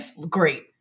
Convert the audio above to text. great